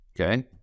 Okay